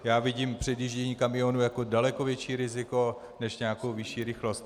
Já vidím předjíždění kamionů jako daleko větší riziko než nějakou vyšší rychlost.